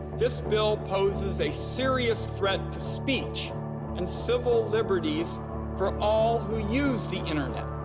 this bill poses a serious threat to speech and civil liberties for all who use the internet.